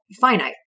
finite